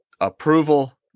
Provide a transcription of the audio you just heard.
approval